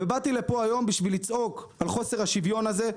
ובאתי לפה היום כדי לצעוק על חוסר השוויון הזה.